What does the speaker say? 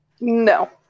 No